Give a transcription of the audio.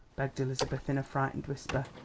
begged elizabeth in a frightened whisper.